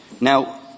Now